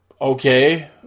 okay